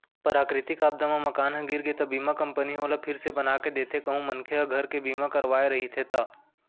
पराकरितिक आपदा म मकान ह गिर गे त बीमा कंपनी ह ओला फिर से बनाके देथे कहूं मनखे ह घर के बीमा करवाय रहिथे ता